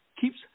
keeps